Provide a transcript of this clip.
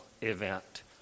event